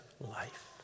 life